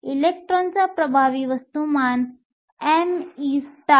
इलेक्ट्रॉनचा प्रभावी वस्तुमान me 0